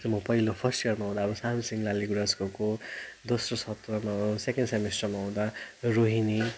त्यो म पहिलो फर्स्ट इयरमा हुँदा अब सामसिङ लालीगुराँसको गएको दोस्रो सत्रमा सेकेन्ड सेमिस्टरमा हुँदा रोहिणी